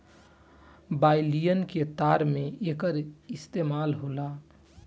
violin के तार में एकर इस्तेमाल होला